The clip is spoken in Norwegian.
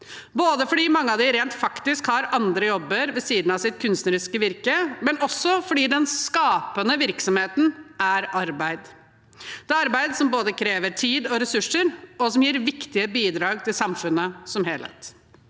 både fordi mange av dem rent faktisk har andre jobber ved siden av sitt kunstneriske virke, og også fordi den skapende virksomheten er arbeid. Det er arbeid som krever både tid og ressurser, og som gir viktige bidrag til samfunnet som helhet.